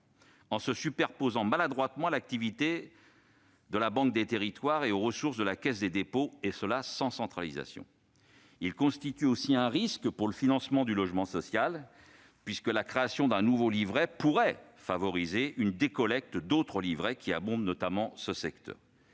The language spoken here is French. en se superposant maladroitement à l'activité de la Banque des territoires et aux ressources de la Caisse des dépôts, et cela sans centralisation. Il constitue aussi un risque pour le financement du logement social, puisque la création d'un nouveau livret pourrait favoriser une décollecte d'autres livrets qui abondent notamment ce secteur.